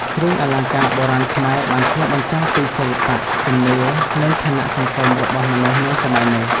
គ្រឿងអលង្ការបុរាណខ្មែរបានឆ្លុះបញ្ចាំងពីសិល្បៈ ជំនឿ និងឋានៈសង្គមរបស់មនុស្សនាសម័យនោះ។